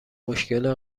مشکل